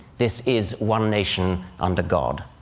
this is one nation under god.